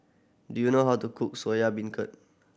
do you know how to cook Soya Beancurd